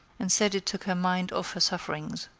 and said it took her mind off her sufferings.